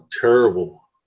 terrible